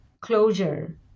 closure